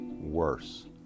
worse